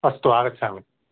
अस्तु आगच्छामि